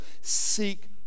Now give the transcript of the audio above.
Seek